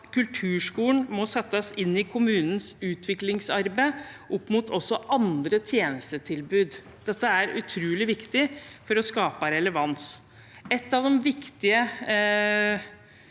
kulturskolen må settes inn i kommunens utviklingsarbeid, også knyttet til andre tjenestetilbud. Det er utrolig viktig for å skape relevans. Ett av de viktige